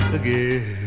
again